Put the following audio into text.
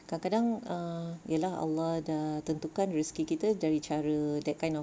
kadang-kadang ah ye lah allah dah tentu kan rezeki kita dari cara that kind of